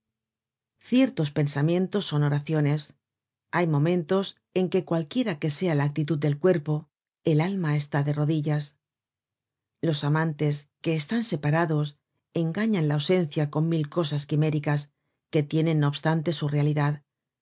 ciertos pensamientos son oraciones hay momentos en que cualquiera que sea la actitud del cuerpo el alma está de rodillas los amantes que están separados engañan la ausencia con mil cosas quiméricas que tienen no obstante su realidad